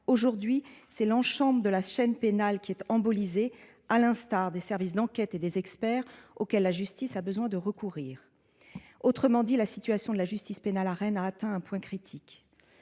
Aujourd’hui, l’ensemble de la chaîne pénale est « embolisée », à l’instar des services d’enquête et des experts auxquels la justice a besoin de recourir. En d’autres termes, la situation de la justice pénale à Rennes a atteint un point critique.